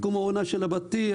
כמו עונה של אבטיח,